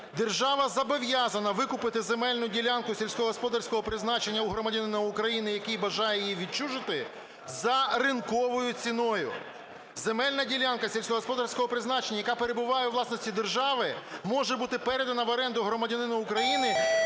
Держава зобов’язана викупити земельну ділянку сільськогосподарського призначення у громадянина України, який бажає її відчужити, за ринковою ціною. Земельна ділянка сільськогосподарського призначення, яка перебуває у власності держави, може бути передана в оренду громадянину України,